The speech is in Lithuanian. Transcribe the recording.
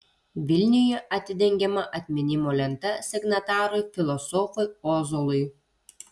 vilniuje atidengiama atminimo lenta signatarui filosofui ozolui